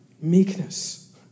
meekness